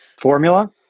formula